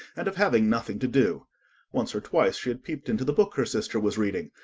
and of having nothing to do once or twice she had peeped into the book her sister was reading,